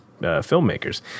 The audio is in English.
filmmakers